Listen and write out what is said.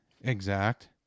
exact